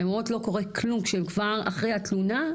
הן אומרות לא קורה כלום כשהן כבר אחרי התלונה,